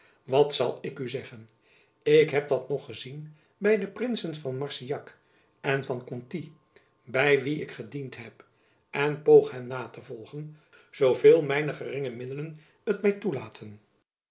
wat zal ik u zeggen ik heb dat zoo gezien by de prinsen van marsillac en van conti by wie ik gediend heb en poog hen na te volgen zooveel mijn geringe middelen het my toelaten